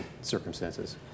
circumstances